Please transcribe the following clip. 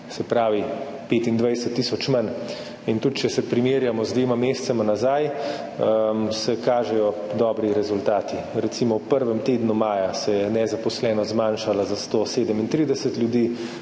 se pravi 25 tisoč manj. In tudi če se primerjamo z dvema mesecema nazaj, se kažejo dobri rezultati, recimo, v prvem tednu maja se je nezaposlenost zmanjšala za 137 ljudi,